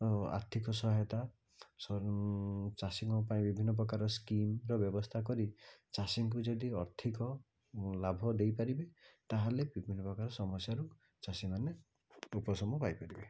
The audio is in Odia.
ଆର୍ଥିକ ସହାୟତା ସନ ଚାଷୀଙ୍କ ପାଇଁ ବିଭିନ୍ନ ପ୍ରକାରର ସ୍କିମର ବ୍ୟବସ୍ଥା କରି ଚାଷୀଙ୍କୁ ଯଦି ଅଧିକ ଲାଭ ଦେଇପାରିବେ ତାହେଲେ ବିଭିନ୍ନ ପ୍ରକାର ସମସ୍ୟାରୁ ଚାଷୀମାନେ ଉପଶମ ପାଇପାରିବେ